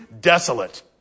desolate